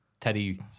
teddy